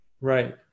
Right